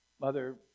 Mother